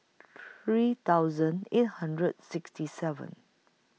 three thousand eight hundred sixty seven